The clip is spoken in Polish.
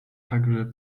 także